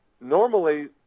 normally